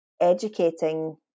educating